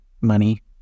money